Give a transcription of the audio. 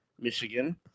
Michigan